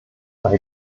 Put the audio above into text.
bei